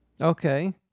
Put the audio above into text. Okay